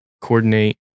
coordinate